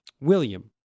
William